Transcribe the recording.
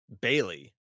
Bailey